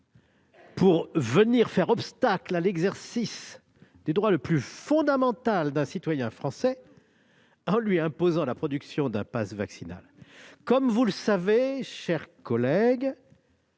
pour faire obstacle à l'exercice du droit le plus fondamental d'un citoyen français en le soumettant à la production d'un passe vaccinal. Comme vous le savez, mon cher collègue,